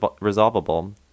resolvable